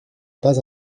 pas